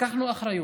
לקחנו אחריות,